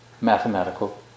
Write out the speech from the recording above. mathematical